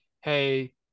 hey